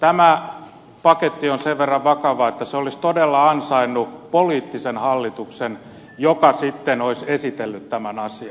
tämä paketti on sen verran vakava että se olisi todella ansainnut poliittisen hallituksen joka sitten olisi esitellyt tämän asian